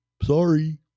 Sorry